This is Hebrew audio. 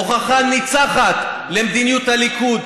הוכחה ניצחת למדיניות הליכוד,